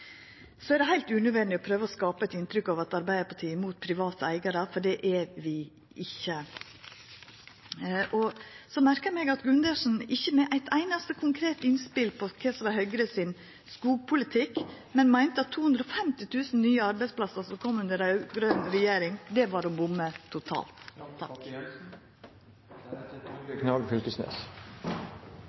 Så er det heilt unødvendig å prøva å skapa eit inntrykk av at Arbeidarpartiet er imot private eigarar, for det er vi ikkje. Så merka eg meg at Gundersen ikkje kom med eit einaste konkret innspel om kva som var Høgres skogpolitikk, men meinte at 250 000 nye arbeidsplassar, som kom under den raud-grøne regjeringa, var å bomma totalt.